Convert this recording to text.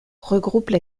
regroupent